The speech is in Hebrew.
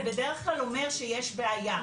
זה בדרך כלל אומר שיש בעיה,